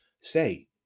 say